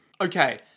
Okay